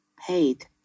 paid